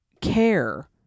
care